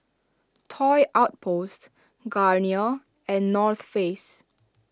Toy Outpost Garnier and North Face